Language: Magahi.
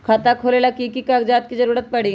खाता खोले ला कि कि कागजात के जरूरत परी?